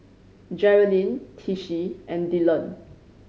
Jerilyn Tishie and Dillon